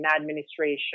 administration